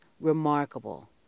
remarkable